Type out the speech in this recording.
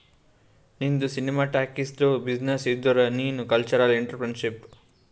ನಿಂದು ಸಿನಿಮಾ ಟಾಕೀಸ್ದು ಬಿಸಿನ್ನೆಸ್ ಇದ್ದುರ್ ನೀ ಕಲ್ಚರಲ್ ಇಂಟ್ರಪ್ರಿನರ್ಶಿಪ್